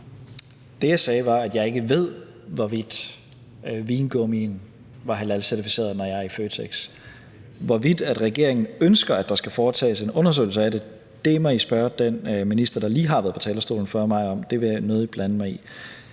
Det, jeg sagde, var, at jeg ikke ved, hvorvidt den vingummi, jeg kan købe i Føtex, er halalcertificeret. Hvorvidt regeringen ønsker, at der skal foretages en undersøgelse af det, må I spørge den minister, der lige har været på talerstolen før mig, om – det vil jeg nødig blande mig i.